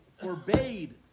forbade